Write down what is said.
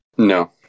No